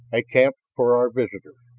a camp for our visitors.